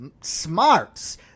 smarts